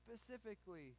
specifically